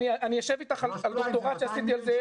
אני אשב איתך על דוקטורט שעשיתי על זה,